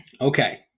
Okay